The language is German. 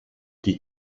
die